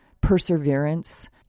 perseverance